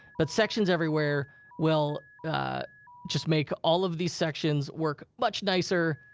but sections everywhere will just make all of these sections work much nicer.